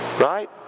Right